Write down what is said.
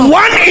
one